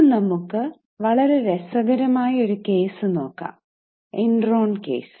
ഇന്ന് നമുക്ക് വളരെ രസകരമായ ഒരു കേസ് നോക്കാം എൻറോൺ കേസ്